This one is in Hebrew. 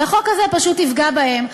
והחוק הזה פשוט יפגע בהן.